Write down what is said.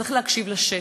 צריך להקשיב לשטח,